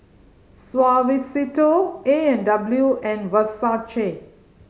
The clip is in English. Suavecito A and W and Versace